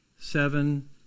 seven